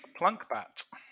Plunkbat